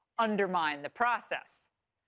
undermine the process.